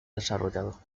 desarrollado